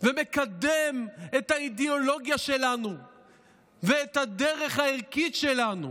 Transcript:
ומקדם את האידיאולוגיה שלנו ואת הדרך הערכית שלנו